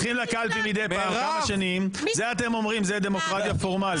לקלפי מדי פעם כל כמה שנים ואתם אומרים שזאת דמוקרטיה פורמלית.